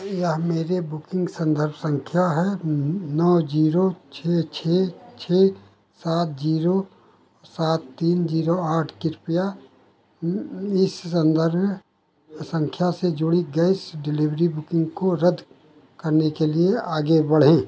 यह मेरा बुकिंग संदर्भ संख्या है नौ जीरो छः छः छः सात जीरो सात तीन जीरो आठ कृपया इस संदर्भ संख्या से जुड़ी गैस डिलीभरी बुकिंग को रद्द करने के लिए आगे बढ़ें